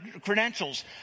credentials